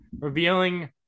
revealing